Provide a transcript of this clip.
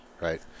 right